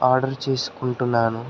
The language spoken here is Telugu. ఆర్డర్ చేసుకుంటున్నాను